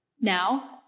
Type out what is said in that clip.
now